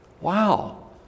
Wow